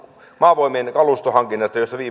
maavoimien kalustohankinnoista joista